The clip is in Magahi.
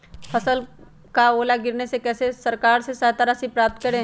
फसल का ओला गिरने से कैसे सरकार से सहायता राशि प्राप्त करें?